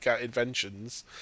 Inventions